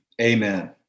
amen